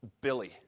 Billy